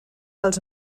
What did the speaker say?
els